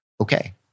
okay